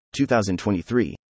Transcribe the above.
2023